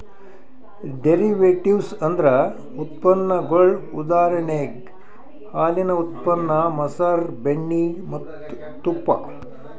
derivatives ಅಂದ್ರ ಉತ್ಪನ್ನಗೊಳ್ ಉದಾಹರಣೆಗ್ ಹಾಲಿನ್ ಉತ್ಪನ್ನ ಮಸರ್, ಬೆಣ್ಣಿ ಮತ್ತ್ ತುಪ್ಪ